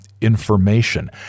information